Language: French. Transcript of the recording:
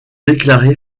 déclaré